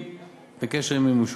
בקשר למימושו,